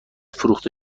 فروخته